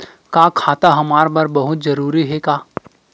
का खाता हमर बर बहुत जरूरी हे का?